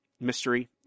mystery